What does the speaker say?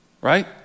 right